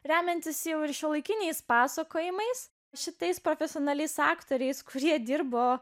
remiantis jau ir šiuolaikiniais pasakojimais šitais profesionaliais aktoriais kurie dirbo